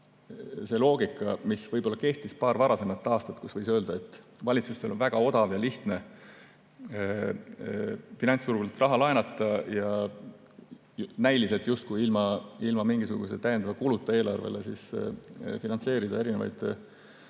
see loogika, mis kehtis paar varasemat aastat, kui võis öelda, et valitsustel on väga odav ja lihtne finantsturgudelt raha laenata ja näiliselt justkui ilma mingisuguse täiendava eelarvekuluta finantseerida erinevaid